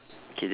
okay